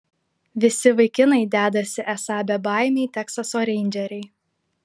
visi vaikinai dedasi esą bebaimiai teksaso reindžeriai